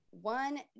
one